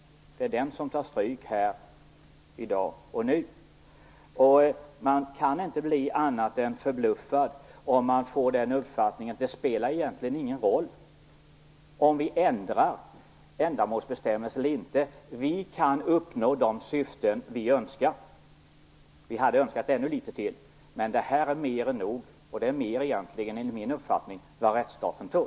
Det är den som här och nu i dag tar stryk. Jag kan inte bli annat än förbluffad över uppfattningen att det egentligen inte spelar någon roll om man ändrar ändamålsbestämmelsen eller inte - man kan uppnå de syften man önskar ändå. Man hade önskat ännu litet till, men det här är mer än nog. Det är enligt min uppfattning mer än vad rättsstaten tål.